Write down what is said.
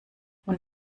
und